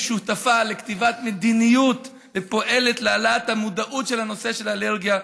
היא שותפה לכתיבת מדיניות ופועלת להעלאת המודעות לנושא האלרגיה,